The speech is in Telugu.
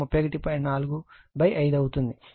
4 5 అవుతుంది ఎందుకంటే ఇది XL 31